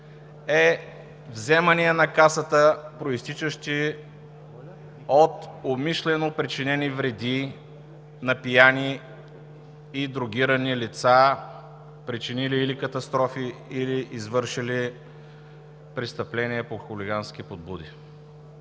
е вземания на Касата, произтичащи от умишлено причинени вреди на пияни и дрогирани лица, причинили или катастрофи, или извършили престъпление по хулигански подбуди.